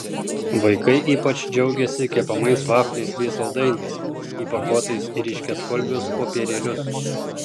vaikai ypač džiaugėsi kepamais vafliais bei saldainiais įpakuotais į ryškiaspalvius popierėlius